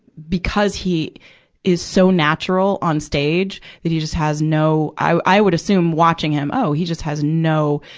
because he is so natural on stage, that you just has no, i would assume watching him, oh, he just has no,